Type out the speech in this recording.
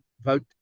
vote